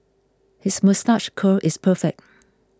his moustache curl is perfect